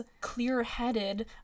clear-headed